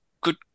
good